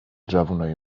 جوونای